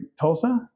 Tulsa